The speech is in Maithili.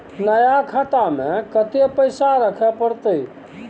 नया खाता में कत्ते पैसा रखे परतै?